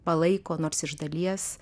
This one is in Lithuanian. palaiko nors iš dalies